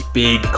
big